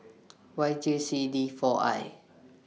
Y J C D four I